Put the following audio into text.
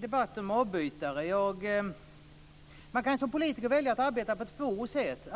debatten om avbytare är väldigt intressant. Som politiker kan man välja att arbeta på två sätt.